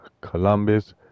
Columbus